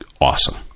awesome